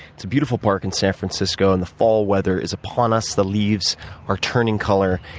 it's a beautiful park in san francisco, and the fall weather is upon us. the leaves are turning color,